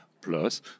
Plus